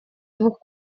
двух